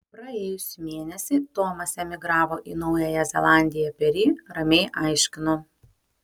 praėjusį mėnesį tomas emigravo į naująją zelandiją peri ramiai aiškinu